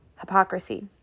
hypocrisy